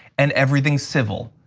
and everything civil,